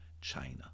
China